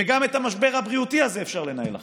וגם את המשבר הבריאותי הזה אפשר לנהל אחרת,